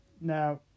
now